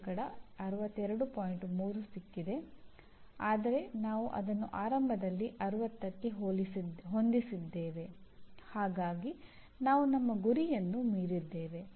ವಿಲೀನ ವಿಂಗಡಣೆ ತ್ವರಿತ ವಿಂಗಡಣೆ ಮತ್ತು ಆಯ್ಕೆ ವಿಂಗಡಣೆ ಸೇರಿದಂತೆ ಕ್ರಮಾವಳಿಗಳನ್ನು ವಿನ್ಯಾಸಗೊಳಿಸಲು ವಿಭಜನೆ ಮತ್ತು ವಶಪಡಿಸಿಕೊಳ್ಳುವ ತಂತ್ರವನ್ನು ಒಬ್ಬರು ಅರ್ಥಮಾಡಿಕೊಳ್ಳುತ್ತಾರೆ